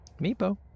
Meepo